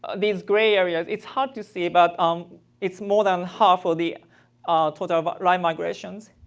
these gray areas. it's hard to see, but um it's more than half of the total of live migrations.